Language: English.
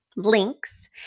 links